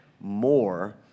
more